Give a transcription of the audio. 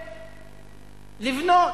קודם לבנות,